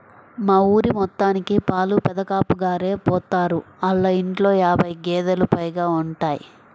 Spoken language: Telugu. మా ఊరి మొత్తానికి పాలు పెదకాపుగారే పోత్తారు, ఆళ్ళ ఇంట్లో యాబై గేదేలు పైగా ఉంటయ్